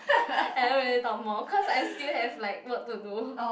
I don't really talk more cause I still have like work to do